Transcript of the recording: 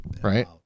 Right